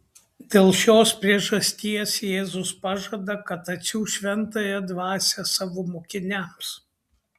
dėl šios priežasties jėzus pažada kad atsiųs šventąją dvasią savo mokiniams